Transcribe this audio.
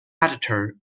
editor